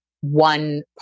one